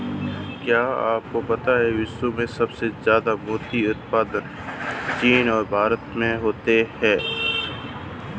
क्या आपको पता है विश्व में सबसे ज्यादा मोती उत्पादन चीन, जापान और भारत में होता है?